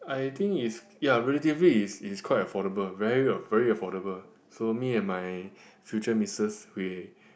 I think is ya relatively is is quite affordable very very affordable so me and my future missus we